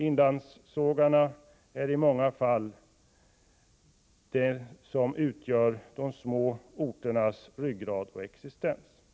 Inlandssågarna är i många fall de som utgör de små orternas ryggrad och existensmöjlighet.